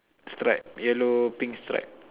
stripe yellow pink stripe